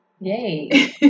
Yay